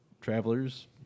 travelers